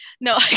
no